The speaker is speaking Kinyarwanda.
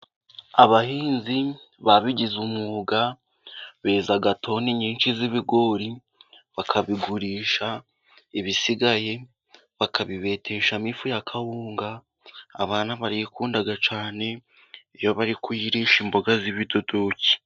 Abahinzi babigize umwuga beza natoni nyinshi z'ibigori, bakabigurisha ibisigaye bakabibatesha mo ifu ya kawunga abantu barayikunda cyane, iyo bari kuyirisha imboga z'ibidudoki.